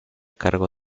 cargo